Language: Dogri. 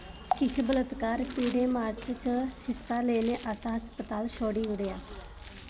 किश बलात्कार पीड़त मार्च च हिस्सा लैने आस्तै हस्पताल छोड़ी ओड़ेआ